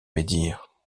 médire